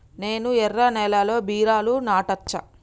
నేను ఎర్ర నేలలో బీరలు నాటచ్చా?